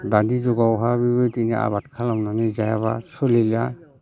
दानि जुगावहा मिथिनि आबाद खालामनानै जायाब्ला सलिला